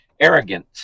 Arrogant